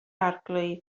arglwydd